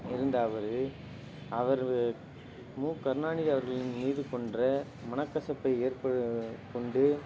இருந்த அவர் அவர் மு கருணாநிதி அவர்களின் மீது கொண்ற மனக்கசப்பை ஏற்பொழுதாகக் கொண்டு